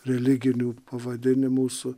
religinių pavadinimų su